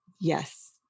Yes